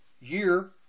year